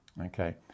Okay